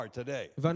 today